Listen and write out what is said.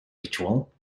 ritual